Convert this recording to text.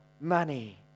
money